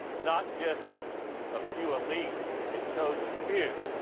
not just a few elite and chosen few.